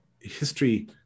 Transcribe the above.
history